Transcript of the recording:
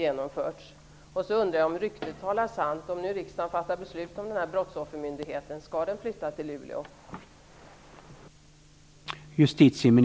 Jag undrar också om ryktet talar sant: Skall brottsoffermyndigheten flytta till Luleå om riksdagen fattar beslut om en sådan?